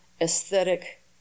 aesthetic